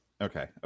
Okay